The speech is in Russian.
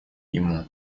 ему